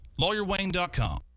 LawyerWayne.com